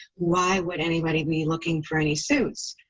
why would anybody be looking for any suits?